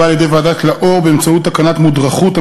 על-ידי ועדת לאור באמצעות תקנת מודרכוּת,